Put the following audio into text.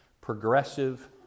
progressive